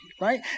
right